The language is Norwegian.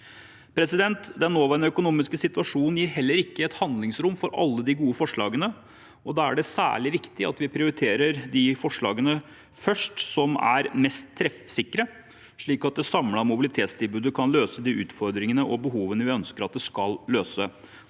sømløse. Den nåværende økonomiske situasjonen gir heller ikke handlingsrom for alle de gode forslagene. Da er det særlig viktig at vi først prioriterer de forslagene som er mest treffsikre, slik at det samlede mobilitetstilbudet kan løse de utfordringene og behovene vi ønsker at det skal løse,